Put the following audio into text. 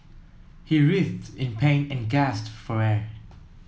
he writhed in pain and gasped for air